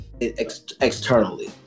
externally